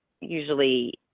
usually